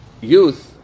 youth